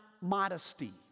modesty